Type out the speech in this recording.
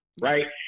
Right